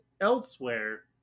elsewhere